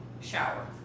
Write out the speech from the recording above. shower